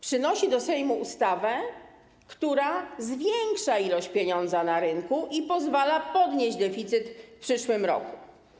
Przynosi do Sejmu ustawę, która zwiększa ilość pieniądza na rynku i pozwala podnieść deficyt w przyszłym roku.